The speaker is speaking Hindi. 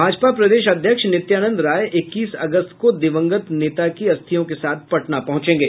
भाजपा प्रदेश अध्यक्ष नित्यानंद राय इक्कीस अगस्त को दिवंगत नेता की अस्थियों के साथ पटना पहुंचेंगे